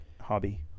hobby